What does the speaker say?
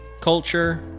culture